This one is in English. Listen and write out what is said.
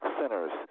centers